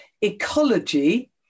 Ecology